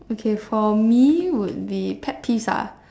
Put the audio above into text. okay for me would be pet peeves ah